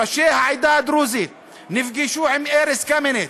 ראשי העדה הדרוזית נפגשו עם ארז קמיניץ.